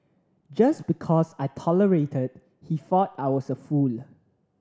just because I tolerated he thought I was a fool